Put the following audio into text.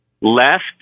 left-